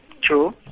True